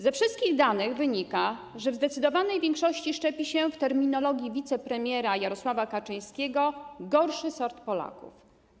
Ze wszystkich danych wynika, że w zdecydowanej większości szczepi się, w terminologii wicepremiera Jarosława Kaczyńskiego, gorszy sort Polaków.